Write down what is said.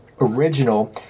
original